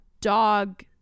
dog